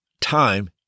Time